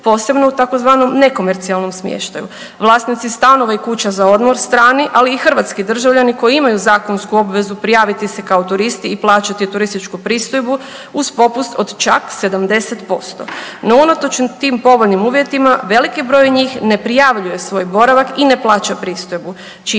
posebno u tzv. nekomercijalnom smještaju. Vlasnici stanova i kuća za odmor, strani ali i hrvatski državljani koji imaju zakonsku obvezu prijaviti se kao turisti plaćati turističku pristojbu uz popust od čak 70%. No, unatoč tim povoljnim uvjetima veliki broj njih ne prijavljuje svoj boravak i ne plaća pristojbu čime